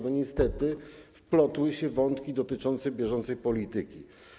Niestety wplotły się wątki dotyczące bieżącej polityki.